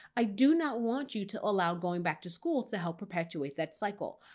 i do not want you to allow going back to school to help perpetuate that cycle.